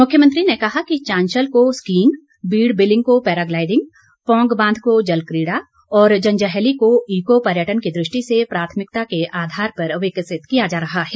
मुख्यमंत्री ने कहा कि चांशल को स्कीइंग बीड़ बिलिंग को पैराग्लाइडिंग पौंग बांध को जलक्रीड़ा और जंजैहली को इको पर्यटन की दृष्टि से प्राथमिकता के आधार पर विकसित किया जा रहा है